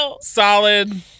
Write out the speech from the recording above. Solid